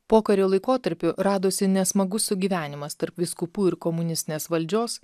pokario laikotarpiu radosi nesmagus sugyvenimas tarp vyskupų ir komunistinės valdžios